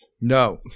No